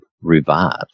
revived